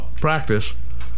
practice